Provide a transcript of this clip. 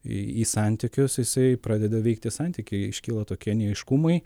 į santykius jisai pradeda veikti santykį iškyla tokie neaiškumai